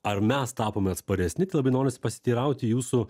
ar mes tapome atsparesni tai labai norisi pasiteirauti jūsų